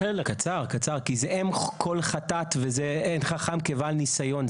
קצר, קצר, כי זה אם כל חטאת ואין חכם כבעל ניסיון.